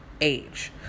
age